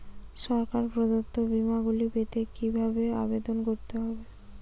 সরকার প্রদত্ত বিমা গুলি পেতে কিভাবে আবেদন করতে হবে?